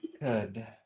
Good